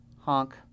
Honk